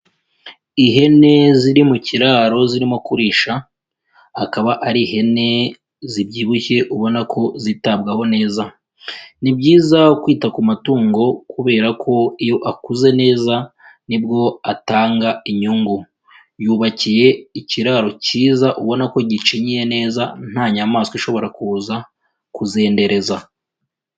Ihene ziri mu kiraro zirimo kurisha, akaba ari ihene zibyibushye ubona ko zitabwaho neza, ni byiza kwita ku matungo kubera ko iyo akuze neza nibwo atanga inyungu, yubakiye ikiraro cyiza ubona ko gicinyiye neza nta nyamaswa ishobora kuza kuzendereza.